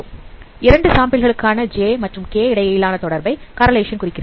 2ஏதேனும் இரண்டு சாம்பிள் களுக்கான j மற்றும் k இடையிலான தொடர்பை குறிக்கிறது